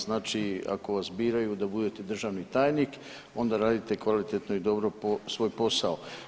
Znači ako vas biraju da budete državni tajnik onda radite kvalitetno i dobro svoj posao.